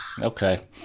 Okay